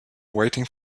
waiting